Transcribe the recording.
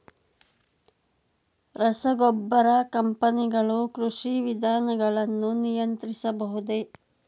ರಸಗೊಬ್ಬರ ಕಂಪನಿಗಳು ಕೃಷಿ ವಿಧಾನಗಳನ್ನು ನಿಯಂತ್ರಿಸಬಹುದೇ?